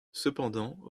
cependant